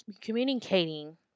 communicating